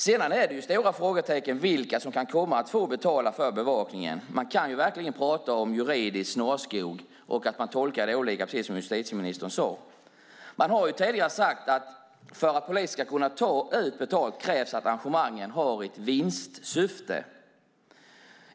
Sedan är det stora frågetecken för vilka som kan komma att få betala för bevakningen. Man kan verkligen prata om juridisk snårskog och att det tolkas olika, precis som justitieministern sade. Man har tidigare sagt att för att polisen ska kunna ta betalt krävs att arrangemangen har ett vinstsyfte.